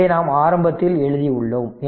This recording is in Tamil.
இதை நாம் ஆரம்பத்தில் எழுதியுள்ளோம்